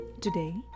Today